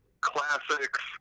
classics